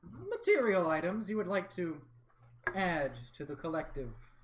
material items you would like to add to the collective